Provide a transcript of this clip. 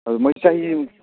ꯑꯗ ꯃꯣꯏ ꯆꯍꯤ